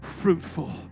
fruitful